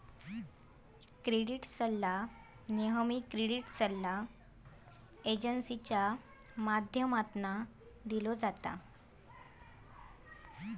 credit सल्ला नेहमी credit सल्ला एजेंसींच्या माध्यमातना दिलो जाता